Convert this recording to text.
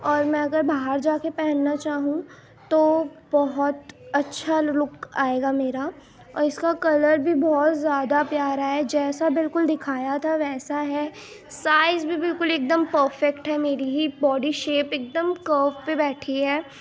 اور میں اگر باہر جا کے پہننا چاہوں تو بہت اچھا لک آئے گا میرا اور اس کا کلر بھی بہت زیادہ پیارا ہے جیسا بالکل دکھایا تھا ویسا ہے سائز بھی بالکل ایک دم پرفیکٹ ہے میری ہی باڈی شیپ ایک دم کرو پہ بیٹھی ہے